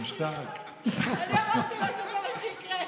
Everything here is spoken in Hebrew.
אני אמרתי לו שזה מה שיקרה.